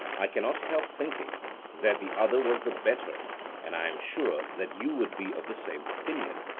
i cannot help thinking that the other was the better and i am sure that you would be of the same opinion,